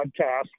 podcast